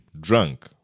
drunk